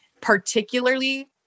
particularly